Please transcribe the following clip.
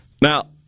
Now